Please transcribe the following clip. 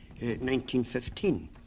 1915